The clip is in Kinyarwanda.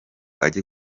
age